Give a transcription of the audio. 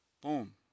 Boom